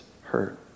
hurt